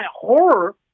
horror